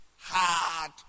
Hard